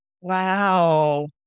Wow